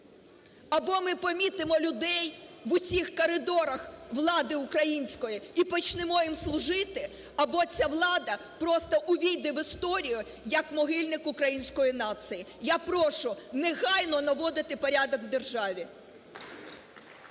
…або ми помітимо людей в усіх коридорах влади української, і почнемо їм служити, або ця влада просто увійде в історію, як могильник української нації. Я прошу негайно наводити порядок в державі. ГОЛОВУЮЧИЙ.